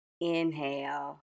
inhale